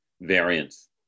variants